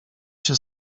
się